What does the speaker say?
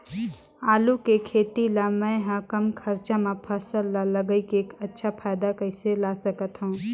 आलू के खेती ला मै ह कम खरचा मा फसल ला लगई के अच्छा फायदा कइसे ला सकथव?